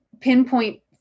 pinpoint